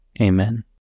Amen